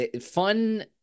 fun